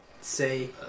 Say